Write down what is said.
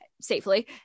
safely